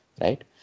right